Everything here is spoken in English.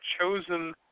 chosen